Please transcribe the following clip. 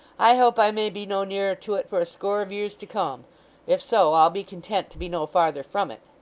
i hope i may be no nearer to it for a score of years to come if so, i'll be content to be no farther from it.